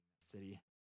city